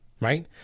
right